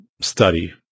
study